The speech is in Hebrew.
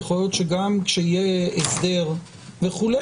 יכול להיות שגם כשיהיה הסדר וכו',